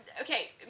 Okay